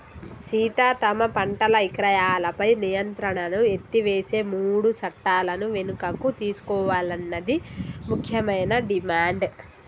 సీత తమ పంటల ఇక్రయాలపై నియంత్రణను ఎత్తివేసే మూడు సట్టాలను వెనుకకు తీసుకోవాలన్నది ముఖ్యమైన డిమాండ్